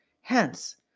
Hence